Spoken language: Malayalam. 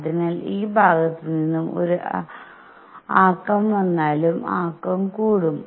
അതിനാൽ ഈ ഭാഗത്ത് നിന്ന് ഒരു ആക്കം വന്നാലും ആക്കം കൂടും